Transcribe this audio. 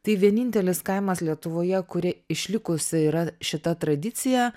tai vienintelis kaimas lietuvoje kuri išlikusi yra šita tradicija